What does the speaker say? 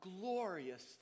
glorious